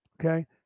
okay